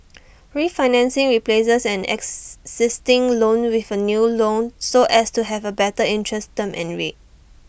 refinancing replaces an existing loan with A new loan so as to have A better interest term and rate